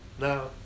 Now